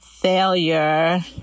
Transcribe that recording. failure